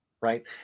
right